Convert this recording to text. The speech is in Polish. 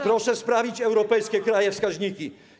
Proszę sprawdzić europejskie kraje i wskaźniki.